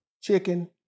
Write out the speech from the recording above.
Chicken